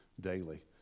daily